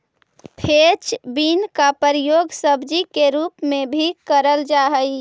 French bean का प्रयोग सब्जी के रूप में भी करल जा हई